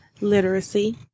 literacy